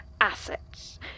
Assets